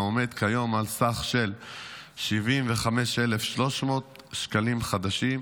העומד כיום על סך של 75,300 שקלים חדשים,